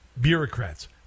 bureaucrats